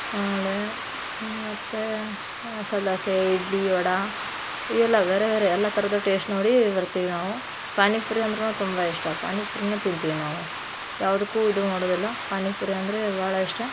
ಆಮೇಲೆ ಮತ್ತೆ ಮಸಾಲೆ ದೋಸೆ ಇಡ್ಲಿ ವಡೆ ಇವೆಲ್ಲ ಬೇರೆ ಬೇರೆ ಎಲ್ಲ ಥರದ್ದು ಟೇಸ್ಟ್ ನೋಡಿ ಬರ್ತೀವಿ ನಾವು ಪಾನಿಪುರಿ ಅಂದ್ರು ತುಂಬ ಇಷ್ಟ ಪಾನಿಪುರಿನೂ ತಿಂತೀವಿ ನಾವು ಯಾವುದಕ್ಕೂ ಇದು ಮಾಡುವುದಿಲ್ಲ ಪಾನಿಪುರಿ ಅಂದರೆ ಭಾಳ ಇಷ್ಟ